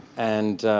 and